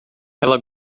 ela